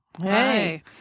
Hey